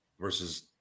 versus